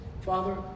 Father